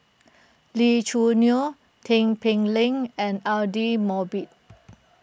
Lee Choo Neo Tin Pei Ling and Aidli Mosbit